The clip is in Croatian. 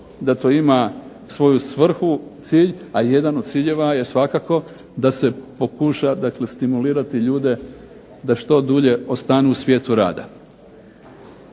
da to ima svoju svrhu, cilj, a jedan od ciljeva je svakako da se pokuša stimulirati ljude da što dulje ostanu u svijetu rada.